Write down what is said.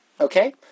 Okay